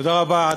תודה רבה.